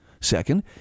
Second